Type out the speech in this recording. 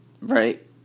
right